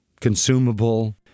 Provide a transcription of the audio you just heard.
consumable